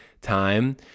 time